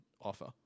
offer